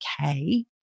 okay